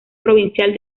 provincial